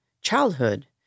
childhood